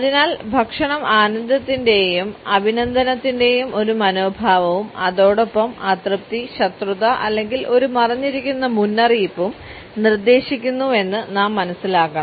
അതിനാൽ ഭക്ഷണം ആനന്ദത്തിന്റെയും അഭിനന്ദനത്തിന്റെയും ഒരു മനോഭാവവും അതോടൊപ്പം അതൃപ്തി ശത്രുത അല്ലെങ്കിൽ ഒരു മറഞ്ഞിരിക്കുന്ന മുന്നറിയിപ്പും നിർദ്ദേശിക്കുന്നുവെന്ന് നാം മനസ്സിലാക്കണം